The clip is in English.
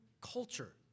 culture